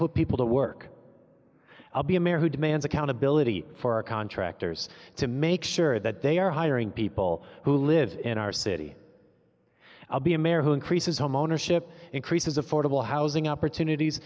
put people to work i'll be a man who demand accountability for contractors to make sure that they are hiring people who live in our city i'll be a mayor who increases homeownership increases affordable housing opportunities